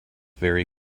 very